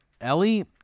Ellie